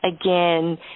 Again